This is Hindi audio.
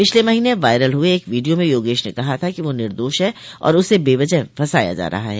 पिछले महीने वायरल हुए एक विडियो में योगेश ने कहा था कि वह निर्दोष है और उसे बेवजह फंसाया जा रहा है